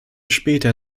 später